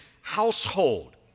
household